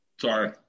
Sorry